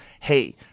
hey